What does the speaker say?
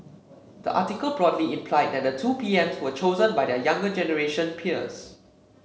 the article broadly implied that the two P Ms were chosen by their younger generation peers